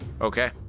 Okay